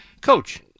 Coach